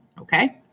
okay